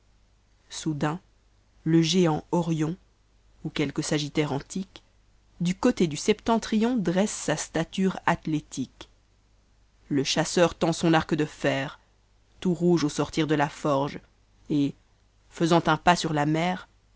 soudain le géant orïon ou quelque sagittaire antique da côté du septentrion dresse sa stature atnétiqne le chasseur tend soa arc de fer tout rouge au sort r de la forge et msant an pas sur la mer